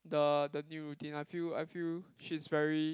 the the new routine I feel I feel she's very